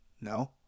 no